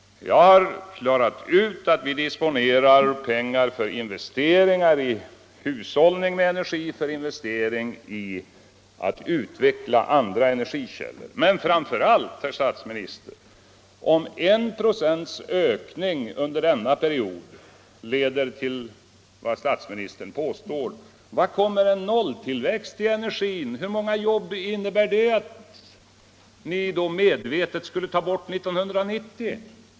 Jag har klarat ut att vi disponerar pengarna för investeringar i hushållning med energi och utveckling av andra energikällor. Men framför allt, herr statsminister, om en procents ökning under denna period leder till vad statsministern påstår, vad kommer då en nolltillväxt att leda till? Hur många jobb innebär det att ni medvetet skulle ta bort 1990?